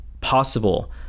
possible